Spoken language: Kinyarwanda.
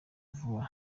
vuba